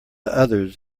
others